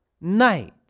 night